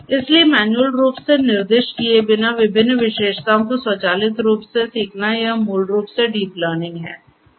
इसलिए मैन्युअल रूप से निर्दिष्ट किए बिना विभिन्न विशेषताओं को स्वचालित रूप से सीखना यह मूल रूप से डीप लर्निंग है